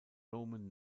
roman